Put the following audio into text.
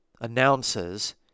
announces